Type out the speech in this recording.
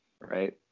right